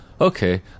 Okay